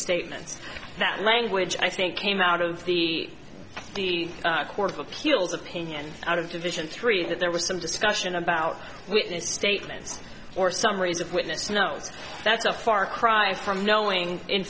statements that language i think came out of the court of appeals opinion out of division three that there was some discussion about witness statements or summaries of witness you know that's a far cry from knowing in